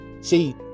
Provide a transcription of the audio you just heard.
See